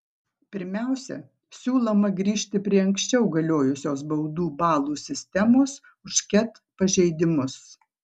pirmiausia siūloma grįžti prie anksčiau galiojusios baudų balų sistemos už ket pažeidimus